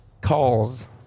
calls